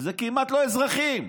זה כמעט לא אזרחים.